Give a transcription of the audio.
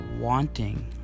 wanting